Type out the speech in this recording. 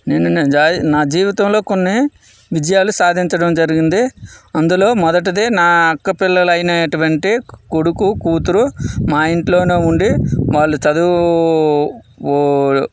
నేను నా జీవితంలో కొన్ని విజయాలు సాధించడం జరిగింది అందులో మొదటిది నా అక్క పిల్లలు అయినటువంటి కొడుకు కూతురు మా ఇంట్లోనే ఉండి వాళ్ళు చదువు